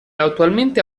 attualmente